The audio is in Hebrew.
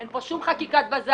אין פה שום חקיקת בזק,